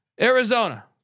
Arizona